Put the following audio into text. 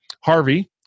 Harvey